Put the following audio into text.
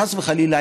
חס וחלילה,